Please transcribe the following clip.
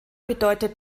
bedeutet